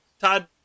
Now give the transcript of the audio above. Todd